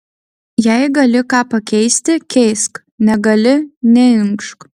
jei gali ką pakeisti keisk negali neinkšk